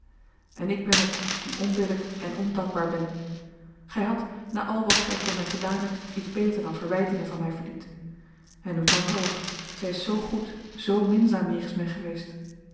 en ik ben het die onbillijk en ondankbaar ben gij hadt na al wat gij voor mij gedaan hebt iets beter dan verwijtingen van mij verdiend en uw tante ook zij is zoo goed zoo minzaam jegens mij geweest